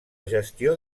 gestió